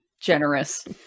generous